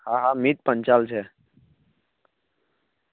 હા હા મીત પંચાલ છે